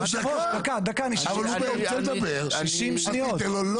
אבל הוא באמצע לדבר, אז תיתן לו.